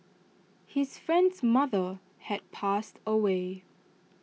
his friend's mother had passed away